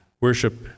worship